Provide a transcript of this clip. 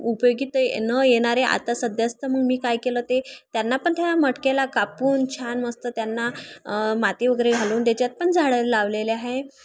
उपयोगात न येणारे आता सध्या तर मग मी काय केलं ते त्यांना पण त्या मटक्याला कापून छान मस्त त्यांना माती वगैरे घालून त्याच्यात पण झाडं लावलेले आहे